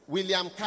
William